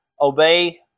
Obey